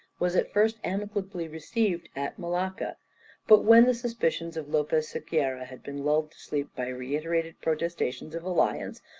was at first amicably received at malacca but when the suspicions of lopez sequeira had been lulled to sleep by reiterated protestations of alliance,